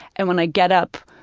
and when i get up,